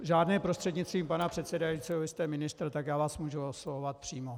Žádné prostřednictvím pana předsedajícího, vy jste ministr, tak já vás můžu oslovovat přímo.